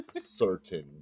Certain